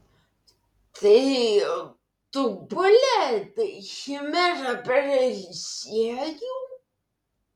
tai tu paleidai chimerą per eliziejų